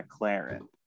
McLaren